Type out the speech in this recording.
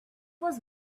was